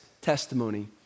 testimony